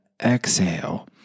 exhale